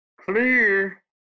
clear